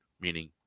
meaning